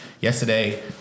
Yesterday